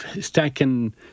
stacking